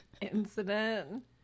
Incident